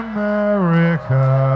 America